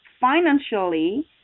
financially